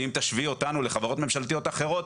ואם תשווי אותנו לחברות ממשלתיות אחרות,